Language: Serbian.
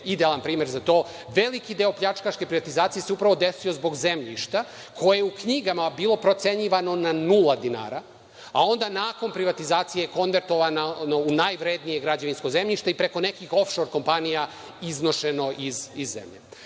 idealan primer za to, veliki deo pljačkaške privatizacije se upravo desio zbog zemljišta koje je u knjigama bilo procenjivano na nula dinara, a onda nakon privatizacije je konvertovana u najvrednije građevinsko zemljište i preko nekih of šor kompanija iznošeno iz zemlje. Ovde